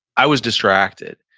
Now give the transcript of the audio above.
i was distracted.